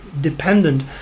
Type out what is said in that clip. dependent